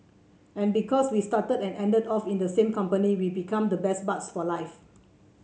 and because we started and ended off in the same company we become the best buds for life